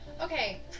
Okay